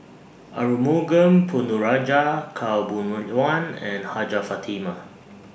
Arumugam Ponnu Rajah Khaw Boon Oh Wan and Hajjah Fatimah